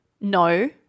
no